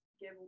give